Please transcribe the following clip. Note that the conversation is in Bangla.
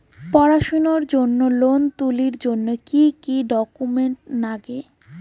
পড়াশুনার জন্যে লোন তুলির জন্যে কি কি ডকুমেন্টস নাগে?